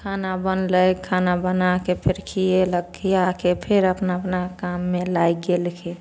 खाना बनलै खाना बनाके फेर खिएलक खियाकऽ फेर अपना अपना काममे लागि गेलखिन